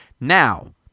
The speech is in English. Now –